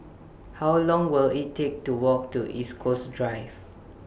How Long Will IT Take to Walk to East Coast Drive